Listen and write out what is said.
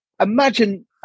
imagine